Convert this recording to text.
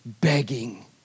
begging